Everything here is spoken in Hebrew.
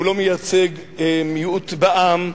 והוא לא מייצג מיעוט בעם.